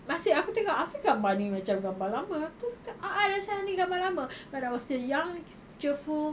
nasib aku tengok asal gambar ni macam gambar lama terus aku tengok a'ah sia ni gambar lama when I was still young cheerful